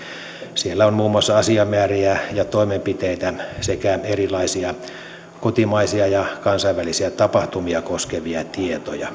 siellä on muun muassa asiamääriä ja toimenpiteitä sekä erilaisia kotimaisia ja kansainvälisiä tapahtumia koskevia tietoja